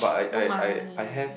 no money